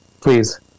Please